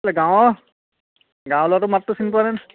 কেলে গাঁৱৰ গাঁৱৰ ল'ৰাটোৰ মাতটো চিনি পোৱা নাই